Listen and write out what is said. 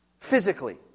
physically